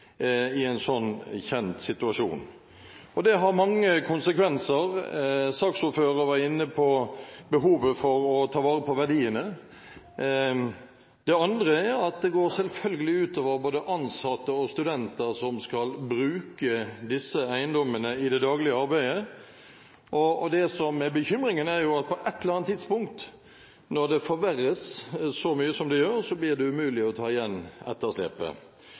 i en sånn kjent situasjon. Det har mange konsekvenser. Saksordføreren var inne på behovet for å ta vare på verdiene. Det andre er at det selvfølgelig går ut over både ansatte og studenter som skal bruke disse eiendommene i det daglige arbeid. Det som er bekymringen, er at på ett eller annet tidspunkt – når det forverres så mye som det gjør – blir det umulig å ta igjen etterslepet.